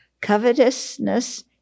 covetousness